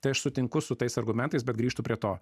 tai aš sutinku su tais argumentais bet grįžtu prie to